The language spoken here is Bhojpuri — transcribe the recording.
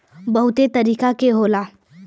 बहुते तरीके के होला